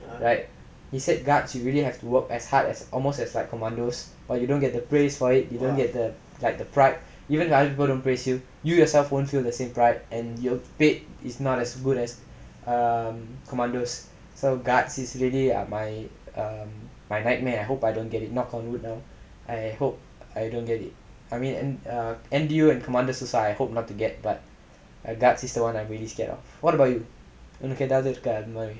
he said guards you really have to work as hard as almost as like commandos but you don't get the praise for it you don't get the like the pride even other people don't praise you you yourself won't feel the same pride and you are paid is not as good as um commandos so guards is basically ah my my nightmare I hope I don't get it I mean N_D_U and commander so site I hope I don't get it but guards is the one I'm really scared of what about you உனக்கு எதாவது இருக்கா அந்தமாரி:unakku ethavathu irukkaa anthamaari